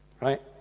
right